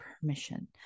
permission